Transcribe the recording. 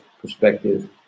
perspective